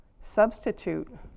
substitute